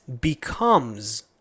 becomes